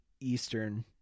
Eastern